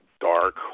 dark